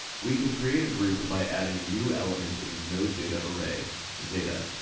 we can create a group by adding a new element in the nodedataarray, zeta,